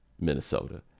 Minnesota